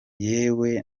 yewe